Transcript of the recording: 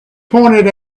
pointed